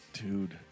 Dude